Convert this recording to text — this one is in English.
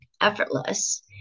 effortless